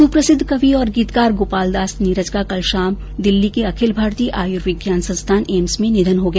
सुप्रसिद्ध कवि और गीतकार गोपालदास नीरज का कल शाम दिल्ली के अखिल भारतीय आयुर्विज्ञान संस्थान एम्स में निधन हो गया